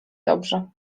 dobrze